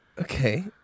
Okay